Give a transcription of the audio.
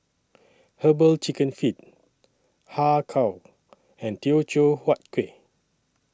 Herbal Chicken Feet Har Kow and Teochew Huat Kueh